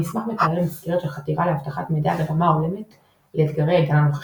המסמך מתאר מסגרת של חתירה לאבטחת מידע ברמה הולמת לאתגרי העידן הנוכחי.